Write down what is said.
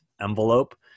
envelope